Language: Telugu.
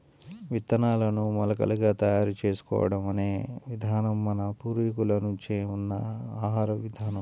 విత్తనాలను మొలకలుగా తయారు చేసుకోవడం అనే విధానం మన పూర్వీకుల నుంచే ఉన్న ఆహార విధానం